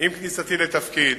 עם כניסתי לתפקיד